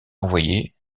envoyée